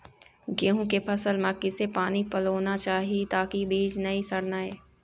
गेहूं के फसल म किसे पानी पलोना चाही ताकि बीज नई सड़ना ये?